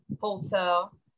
hotel